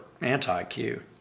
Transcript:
anti-Q